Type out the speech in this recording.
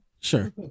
sure